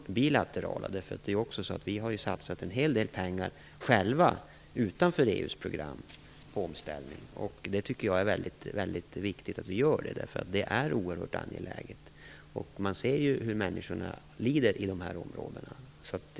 Vi har ju satsat en hel del pengar själva bilateralt, utanför EU:s program, på omställning. Jag tycker att det är viktigt att vi gör det. Det är oerhört angeläget. Man ser ju hur människorna i de här områdena lider.